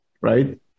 right